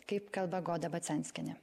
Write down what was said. kaip kalba goda bacenskienė